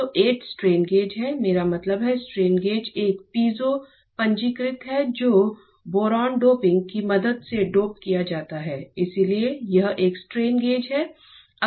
तो 8 strain gauge हैं मेरा मतलब है स्ट्रेन गेज एक पीजो पंजीकृत है जो बोरॉन डोपिंग की मदद से डोप किया जाता है इसलिए यह एक स्ट्रेन गेज है